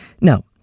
Now